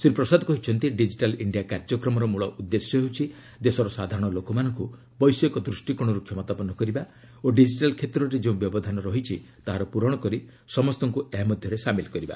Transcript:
ଶ୍ରୀ ପ୍ରସାଦ କହିଛନ୍ତି digital India କାର୍ଯ୍ୟକ୍ରମର ମଳ ଉଦ୍ଦେଶ୍ୟ ହେଉଛି ଦେଶର ସାଧାରଣ ଲୋକମାନଙ୍କୁ ବୈଷୟିକ ଦୃଷ୍ଟିକୋଣରୁ କ୍ଷମତାପନ୍ନ କରିବା ଓ ଡିଜିଟାଲ କ୍ଷେତ୍ରରେ ଯେଉଁ ବ୍ୟବଧାନ ରହିଛି ତାହାର ପୂରଣ କରି ସମସ୍ତଙ୍କୁ ଏହା ମଧ୍ୟରେ ସାମିଲ କରିବା